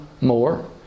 more